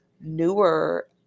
newer